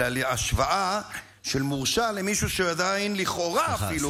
אלא להשוואה של מורשע למישהו שעדיין לכאורה אפילו,